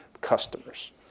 customers